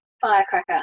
firecracker